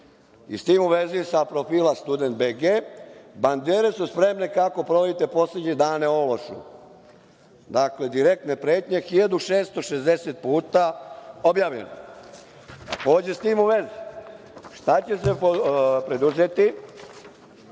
S tim u vezi, sa profila „Student Bg“ - bandere su spremne, kako provodite poslednje dane ološu? Dakle, direktne pretnje 1660 puta objavljeno. Takođe, s tim u vezi, šta ćete preduzeti,